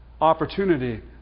Opportunity